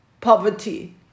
poverty